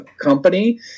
company